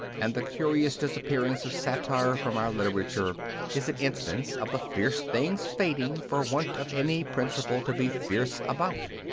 and the curious disappearance of satire from our literature is an instance of the fierce things fading for want of any principle to be fierce about.